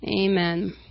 amen